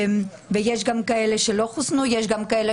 יש גם כאלה שלא חוסנו ויש גם כאלה